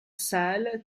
sale